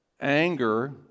anger